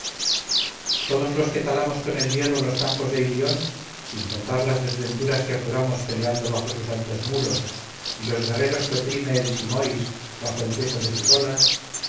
todos los que talamos con el hierro los campos de ilión sin contar las desventuras que apuramos peleando bajo sus altos muros y los guerreros que oprime el simóis bajo el peso de sus olas